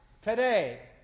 today